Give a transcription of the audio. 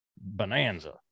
bonanza